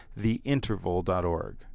theinterval.org